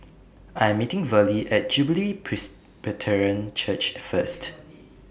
I'm meeting Verlie At Jubilee Presbyterian Church First